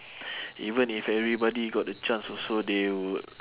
even if everybody got the chance also they would